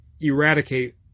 eradicate